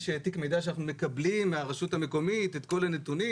יש גם תיק מידע שאנחנו מקבלים מהרשות המקומית את כל הנתונים,